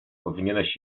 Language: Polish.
powinieneś